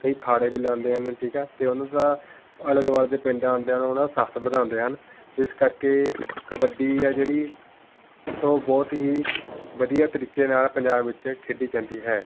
ਕਈ ਅਖਾੜੇ ਵੀ ਲਗਾਉਂਦੇ ਹਨ ਠੀਕ ਆ ਅਤੇ ਉਨ੍ਹਾਂ ਦਾ ਆਲੇ ਦੁਆਲੇ ਦੇ ਪਿੰਡਾਂ ਆਉਂਦੇ ਉਹਨਾਂ ਦਾ ਸਾਹਸ ਵਧਾਉਂਦੇ ਹਨ ਅਤੇ ਇਸ ਕਰਕੇ ਕਬੱਡੀ ਆ ਜਿਹੜੀ ਉਹ ਬਹੁਤ ਹੀ ਵਧੀਆ ਤਰੀਕੇ ਨਾਲ ਪੰਜਾਬ ਵਿੱਚ ਖੇਡੀ ਜਾਂਦੀ ਹੈ